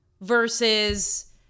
versus